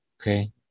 okay